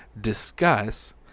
discuss